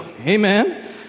amen